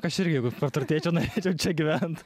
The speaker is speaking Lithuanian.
aš irgi jeigu praturtėčiau norėčiau čia gyvent